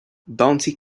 bouncy